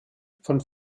von